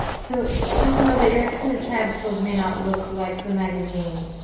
so just know that your extended child's pose may not look like the magazine